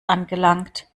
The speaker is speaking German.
angelangt